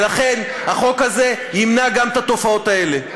ולכן החוק הזה ימנע גם את התופעות האלה.